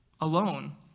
Alone